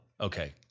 Okay